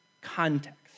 context